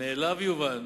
"מאליו יובן